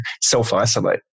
self-isolate